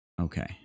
Okay